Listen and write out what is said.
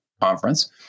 Conference